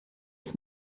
ist